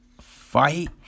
fight